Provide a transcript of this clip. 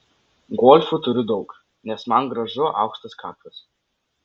golfų turiu daug nes man gražu aukštas kaklas